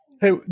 Hey